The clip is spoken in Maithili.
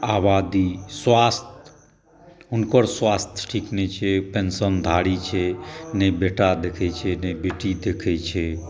आबादी स्वास्थ्य हुनकर स्वास्थ्य ठीक नहि छै पेन्शनधारी छै नहि बेटा देखै छै नहि बेटी देखै छै